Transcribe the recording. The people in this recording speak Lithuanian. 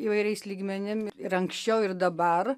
įvairiais lygmenim ir anksčiau ir dabar